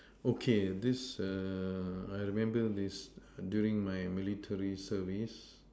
okay this err I remember this during my military service